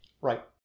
Right